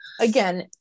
again